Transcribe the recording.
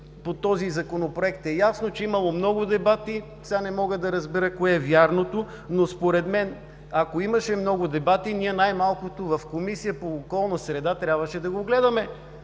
по този Законопроект е ясно, че имало много дебати. Не мога да разбера кое е вярното?! Според мен, ако имаше много дебати, ние най-малкото в Комисията по околна среда трябваше да гледаме